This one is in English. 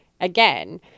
again